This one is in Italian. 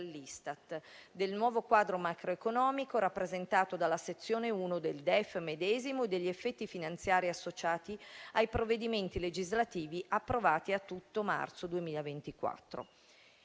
dall'Istat, del nuovo quadro macroeconomico rappresentato dalla sezione I del DEF medesimo e degli effetti finanziari associati ai provvedimenti legislativi approvati a tutto marzo 2024.